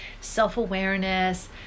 self-awareness